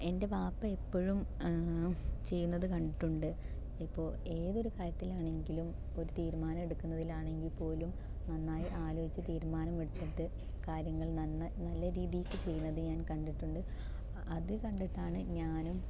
എൻ്റെ വാപ്പ എപ്പഴും ചെയ്യുന്നതു കണ്ടിട്ടുണ്ട് ഇപ്പോൾ ഏതൊരു കാര്യത്തിലാണെങ്കിലും ഒരു തീരുമാനം എടുക്കുന്നതിലാണെങ്കിൽ പോലും നന്നായി ആലോചിച്ച് തീരുമാനം എടുത്തിട്ട് കാര്യങ്ങൾ നന്ന നല്ല രീതിക്ക് ചെയ്യുന്നത് ഞാൻ കണ്ടിട്ടുണ്ട് അത് കണ്ടിട്ടാണ് ഞാനും